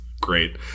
great